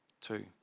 two